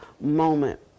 moment